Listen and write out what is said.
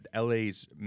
LA's